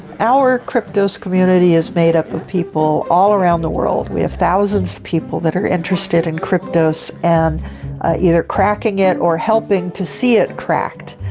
our kryptos community is made up of people all around the world. we have thousands of people that are interested in kryptos and either cracking it or helping to see it cracked.